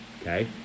Okay